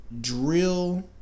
drill